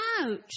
out